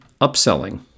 upselling